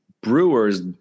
brewers